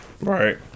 Right